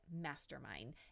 mastermind